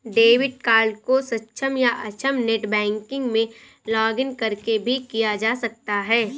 debit card को सक्षम या अक्षम नेट बैंकिंग में लॉगिंन करके भी किया जा सकता है